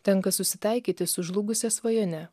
tenka susitaikyti su žlugusia svajone